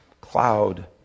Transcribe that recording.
cloud